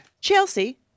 Chelsea